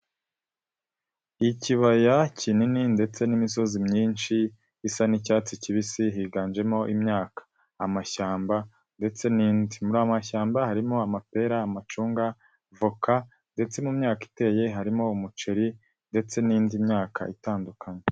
Ikibaya kinini ndetse n'imisozi myinshi isa n'icyatsi kibisi higanjemo imyaka, amashyamba ndetse n'indi. Muri ayo mashyamba harimo amapera, amacunga, voka ndetse mu myaka iteye harimo umuceri ndetse n'indi myaka itandukanye.